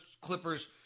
Clippers